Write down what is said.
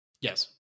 Yes